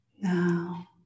now